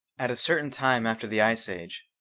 at a certain time after the ice age,